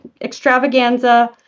extravaganza